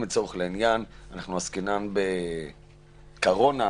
לצורך העניין אם בקורונה עסקינן,